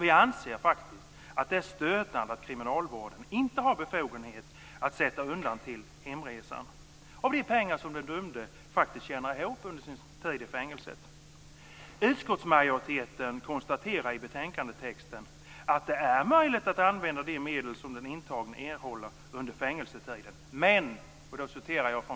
Vi anser att det är stötande att kriminalvården inte har befogenhet att sätta undan pengar till hemresan av de pengar som den dömde tjänar ihop under sin tid i fängelset. Utskottsmajoriteten konstaterar i betänkandet att det är möjligt att använda de medel som den intagne erhåller under fängelsetiden.